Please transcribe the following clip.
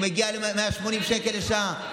הוא מגיע ל-180 שקלים לשעה.